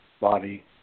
body